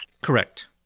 Correct